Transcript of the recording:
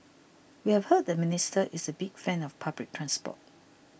we have heard the minister is a big fan of public transport